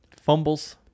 Fumbles